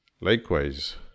Likewise